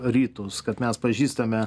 rytus kad mes pažįstame